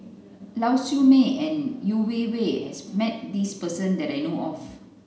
Lau Siew Mei and Yeo Wei Wei has met this person that I know of